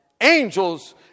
angels